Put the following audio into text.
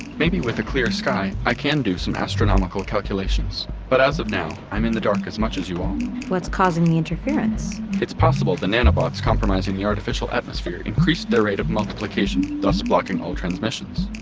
maybe with a clear sky i can do some astronomical calculations, but as of now i'm in the dark as much as you all what's causing the interference? it's possible the nanobots compromising the artificial atmosphere increased their rate of multiplication, thus blocking all transmissions